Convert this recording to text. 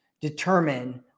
determine